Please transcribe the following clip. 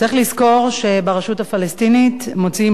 צריך לזכור שברשות הפלסטינית מוציאים